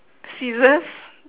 scissors